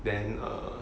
then err